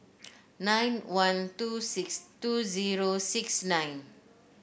nine one two six two zero six nine